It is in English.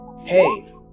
Hey